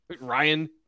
Ryan